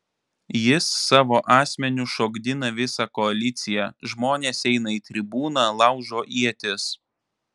jis savo asmeniu šokdina visą koaliciją žmonės eina į tribūną laužo ietis